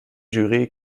jure